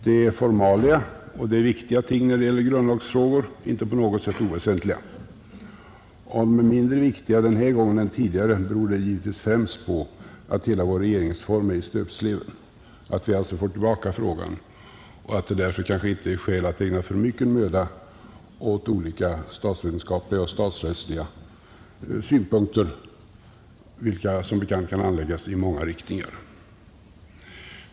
Det är formalia — och det är viktiga ting när det gäller grundlagsfrågor; de är inte på något sätt oväsentliga. Om de är mindre viktiga den här gången än tidigare, beror detta givetvis främst på att hela vår regeringsform ligger i stöpsleven. Vi får alltså tillbaka frågan, och det är kanske därför inte skäl att ägna alltför stor möda åt olika statsvetenskapliga och statsrättsliga synpunkter, vilka som bekant kan anläggas i många riktningar.